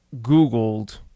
Googled